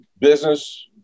business